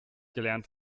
gelernt